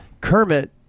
Kermit